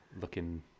looking